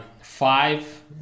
five